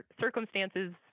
circumstances